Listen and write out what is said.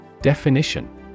Definition